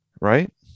Right